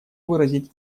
выразить